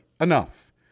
enough